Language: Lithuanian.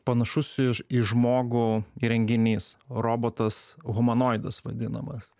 panašus iš į žmogų įrenginys robotas humanoidas vadinamas